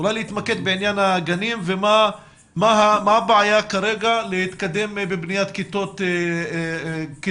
אולי להתמקד בעניין הגנים ומה הבעיה כרגע להתקדם בבניית כיתות גנים,